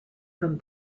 from